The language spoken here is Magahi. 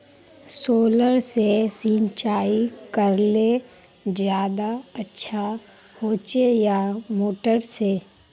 सोलर से सिंचाई करले ज्यादा अच्छा होचे या मोटर से?